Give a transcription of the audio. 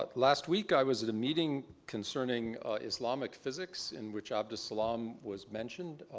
ah last week, i was at a meeting concerning islamic physics, in which abdus salam was mentioned.